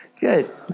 good